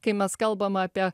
kai mes kalbam apie